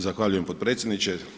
Zahvaljujem potpredsjedniče.